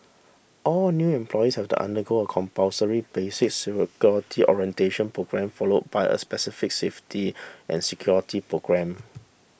all new employees have to undergo a compulsory basic security orientation programme follow by a specific safety and security programme